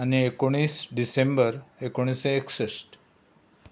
आनी एकोणीस डिसेंबर एकोणिशें एकसठ